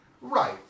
Right